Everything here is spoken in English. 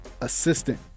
assistant